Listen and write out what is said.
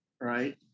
Right